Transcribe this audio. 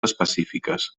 específiques